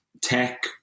tech